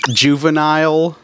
juvenile